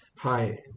Hi